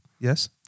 Yes